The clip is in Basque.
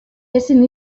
ezin